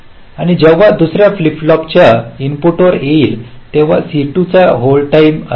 आणि जेव्हा दुसर्या फ्लिप फ्लॉपच्या इनपुटवर येईल तेव्हा C2 चा हा होल्ड टाइम असेल